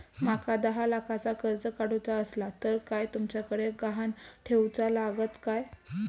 माका दहा लाखाचा कर्ज काढूचा असला तर काय तुमच्याकडे ग्हाण ठेवूचा लागात काय?